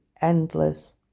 endless